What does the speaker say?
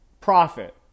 profit